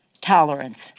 tolerance